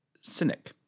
cynic